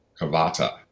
Kavata